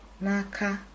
Naka